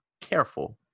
careful